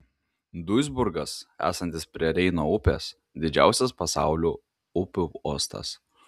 duisburgas esantis prie reino upės didžiausias pasaulio upių uostas